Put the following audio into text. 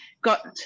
got